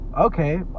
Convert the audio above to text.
okay